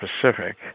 Pacific